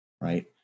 right